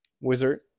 wizard